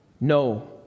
No